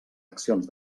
accions